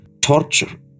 torture